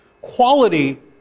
Quality